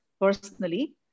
personally